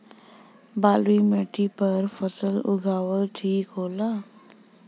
बलुई माटी पर फसल उगावल ठीक होला?